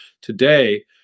today